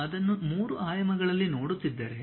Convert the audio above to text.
ನೀವು ಅದನ್ನು 3 ಆಯಾಮಗಳಲ್ಲಿ ನೋಡುತ್ತಿದ್ದರೆ